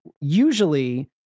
usually